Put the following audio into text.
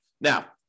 Now